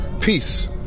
Peace